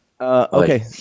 Okay